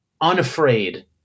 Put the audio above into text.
unafraid